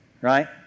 right